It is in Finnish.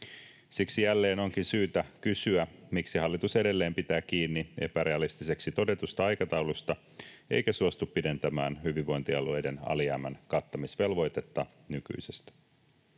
Siksi jälleen onkin syytä kysyä, miksi hallitus edelleen pitää kiinni epärealistiseksi todetusta aikataulusta eikä suostu pidentämään hyvinvointialueiden alijäämän kattamisvelvoitetta nykyisestä.